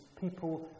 people